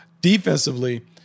defensively